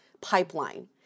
pipeline